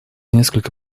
несколько